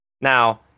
Now